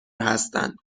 هستند